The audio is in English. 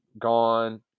gone